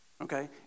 Okay